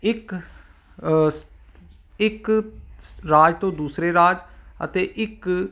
ਇੱਕ ਇੱਕ ਰਾਜ ਤੋਂ ਦੂਸਰੇ ਰਾਜ ਅਤੇ ਇੱਕ